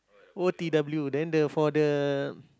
o_t_w then the for the